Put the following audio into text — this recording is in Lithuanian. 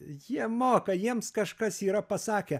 jie moka jiems kažkas yra pasakę